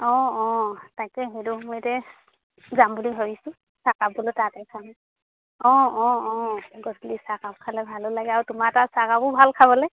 অঁ অঁ তাকে সেইটো সময়তে যাম বুলি ভাবিছোঁ চাহকাপ বোলো তাতে খাম অঁ অঁ অঁ গধূলি চাহকাপ খালে ভালো লাগে আৰু তোমাৰ তাত চাহকাপো ভাল খাবলৈ